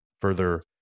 further